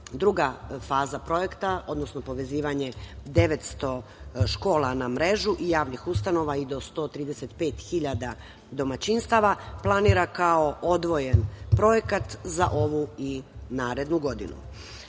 druga faza projekta, odnosno povezivanje 900 škola na mrežu i javnih ustanova i do 135.000 domaćinstava planira kao odvojen projekat za ovu i narednu godinu.